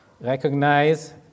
recognize